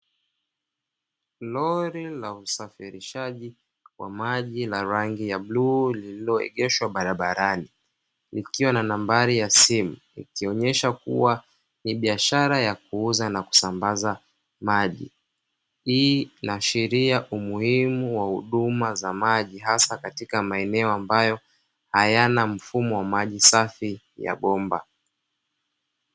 Lori la usafirishaji wa maji la rangi ya bluu lilioegeshwa barabarani ikiwa na nambari ya simu, ikionyesha kuwa ni biashara ya kuuza na kusambaza maji. Hii inaashiria umuhimu wa huduma za maji hasa katika maeneo ambayo hayana mfumo wa maji safi ya bomba.